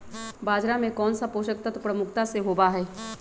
बाजरा में कौन सा पोषक तत्व प्रमुखता से होबा हई?